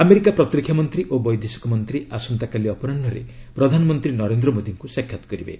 America ପ୍ରତିରକ୍ଷା ମନ୍ତ୍ରୀ ଓ ବୈଦେଶିକ ମନ୍ତ୍ରୀ ଆସନ୍ତାକାଲି ଅପରାହୁରେ ପ୍ରଧାନମନ୍ତ୍ରୀ ନରେନ୍ଦ୍ର ମୋଦୀଙ୍କୁ ସାକ୍ଷାତ କରିବେ